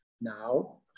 now